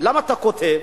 למה אתה כותב?